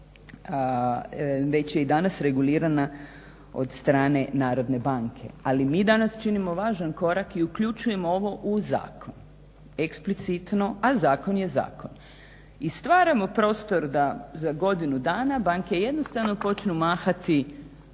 već je i danas regulirana od strane Narodne banke. Ali mi danas činimo važan korak i uključujemo ovo u zakon, eksplicitno, a zakon je zakon. I stvaramo prostor da za godinu dana banke jednostavno počnu mahati